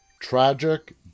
tragic